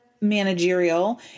managerial